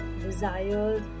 desires